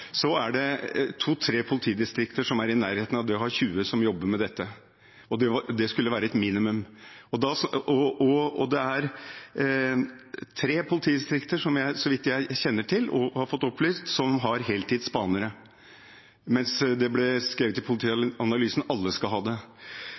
er det to–tre politidistrikter som er i nærheten av å ha 20 personer som jobber med dette. Og det skulle være et minimum. Det er tre politidistrikter som jeg har fått opplyst har heltids spanere, mens det ble skrevet i